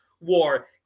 war